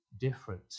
different